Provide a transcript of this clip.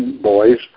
boys